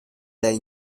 the